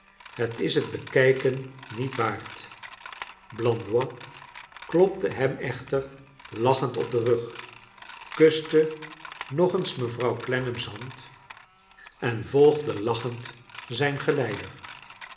het is het bekijken niet waard blandois klopte hem echter lachend op den rug kuste nog eens mevrouw clennam's hand en volgde lachend zijn